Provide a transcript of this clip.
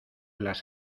las